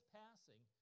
passing